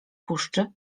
puszczy